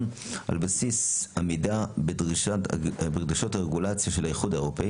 על בסיס עמידה בדרישות הרגולציה של האיחוד האירופי